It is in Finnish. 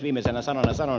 viimeisenä sanana sanon